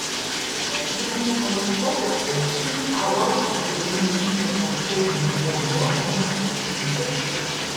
kitais gyvenimo laikotarpiais šis aortos ir vainikinių arterijų duomuo nesiskyrė